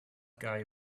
guy